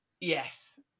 yes